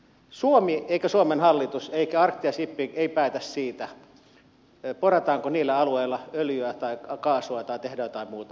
suomi suomen hallitus tai arctia shipping eivät päätä siitä porataanko niillä alueilla öljyä tai kaasua tai tehdäänkö jotain muuta